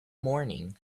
morning